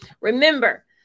Remember